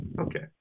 Okay